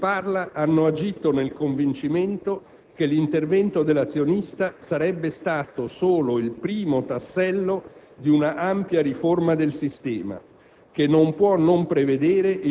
Il Governo e il Ministro che vi parla hanno agito nel convincimento che l'intervento dell'azionista sarebbe stato solo il primo tassello di una ampia riforma del sistema,